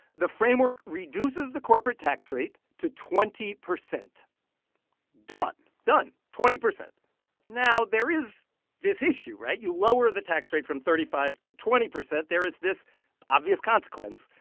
the framework reduces the corporate tax rate to twenty percent done done, twenty percent now, there is this issue. right? you lower the tax rate from thirty five to twenty percent, there is this obvious consequence.